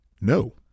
No